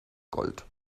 gold